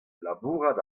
labourat